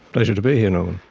pleasure to be here, norman.